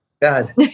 God